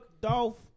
Dolph